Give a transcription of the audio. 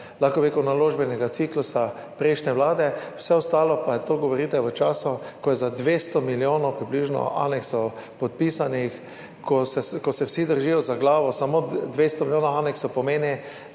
lahko bi rekel, naložbenega ciklusa prejšnje vlade, za vse ostalo pa govorite v času, ko je za približno 200 milijonov aneksov podpisanih, ko se vsi držijo za glavo, samo 200 milijonov aneksov pomeni